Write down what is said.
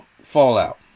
fallout